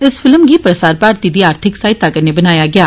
इस फिल्म गी प्रसार भारती दी आर्थिक सहायता कन्नै बनाया गेआ